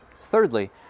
Thirdly